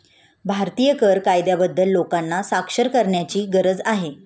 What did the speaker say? भारतीय कर कायद्याबद्दल लोकांना साक्षर करण्याची गरज आहे